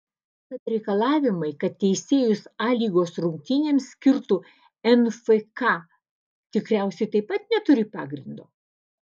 tad reikalavimai kad teisėjus a lygos rungtynėms skirtų nfka tikriausiai taip pat neturi pagrindo